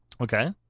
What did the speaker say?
Okay